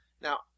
Now